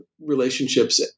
relationships